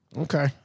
Okay